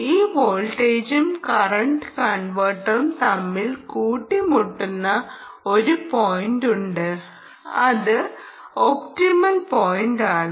ഈ വോൾട്ടേജും കറണ്ട് കർവുകളും തമ്മിൽ കൂട്ടി മുട്ടുന്ന ഒരു പോയിന്റുണ്ട് അത് ഒപ്റ്റിമൽ പോയിന്റാണ്